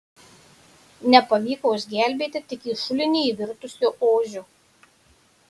nepavyko išgelbėti tik į šulinį įvirtusio ožio